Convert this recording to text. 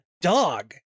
dog